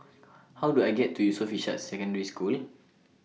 How Do I get to Yusof Ishak Secondary School